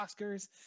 Oscars